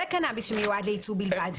זה קנאביס שמיועד לייצוא בלבד.